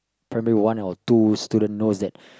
primary one or two student knows that